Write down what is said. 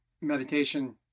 meditation